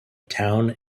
town